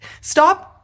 stop